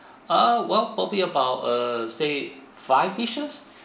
ah well probably about err say five dishes